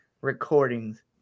Recordings